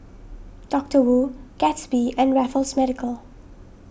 Doctor Wu Gatsby and Raffles Medical